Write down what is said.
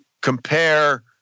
compare